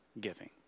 giving